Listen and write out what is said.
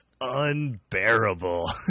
unbearable